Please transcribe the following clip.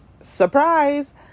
surprise